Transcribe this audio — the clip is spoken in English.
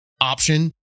option